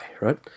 right